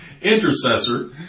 Intercessor